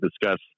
discuss